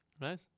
Nice